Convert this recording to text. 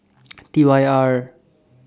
T Y R